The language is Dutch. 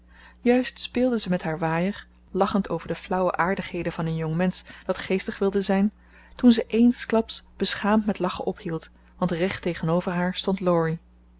juist speelde ze met haar waaier lachend over de flauwe aardigheden van een jongmensch dat geestig wilde zijn toen ze eensklaps beschaamd met lachen ophield want recht tegenover haar stond